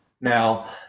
Now